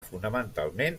fonamentalment